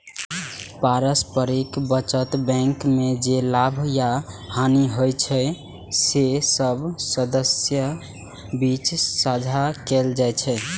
पारस्परिक बचत बैंक मे जे लाभ या हानि होइ छै, से सब सदस्यक बीच साझा कैल जाइ छै